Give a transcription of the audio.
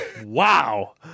Wow